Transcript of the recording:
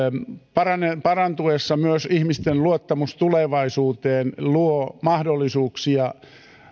parantuessa myös ihmisten luottamus tulevaisuuteen luo mahdollisuuksia